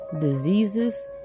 diseases